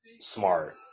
Smart